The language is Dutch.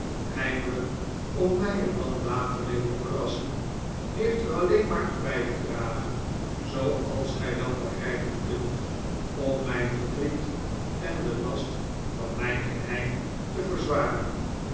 om mij er dan later mee te verrassen heeft er alleen maar toe bijgedragen zooals gij wel begrijpen kunt om mijn verdriet en den last van mijn geheim te verzwaren